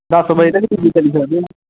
बस बज़े तक